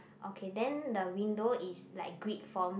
okay then the window is like grid form